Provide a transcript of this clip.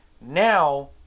now